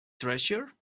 treasure